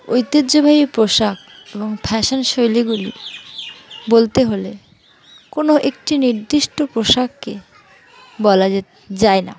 ঐতিহ্যবাহী পোশাক এবং ফ্যাশন শৈলীগুলি বলতে হলে কোনো একটি নির্দিষ্ট পোশাককে বলা যে যায় না